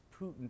Putin